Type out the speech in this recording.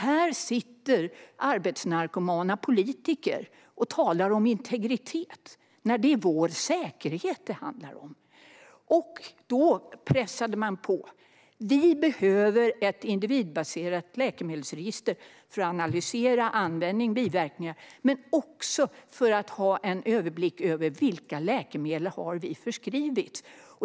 Här sitter arbetsnarkomaner till politiker och talar om integritet, när det är vår säkerhet det handlar om! Då pressade man på: Vi behöver ett individbaserat läkemedelsregister för att analysera användning och biverkningar, men också för att ha en överblick över vilka läkemedel som har förskrivits.